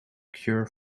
cure